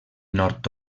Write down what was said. nord